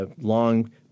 long